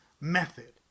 method